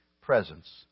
presence